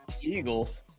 Eagles